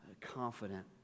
confident